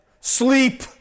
sleep